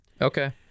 Okay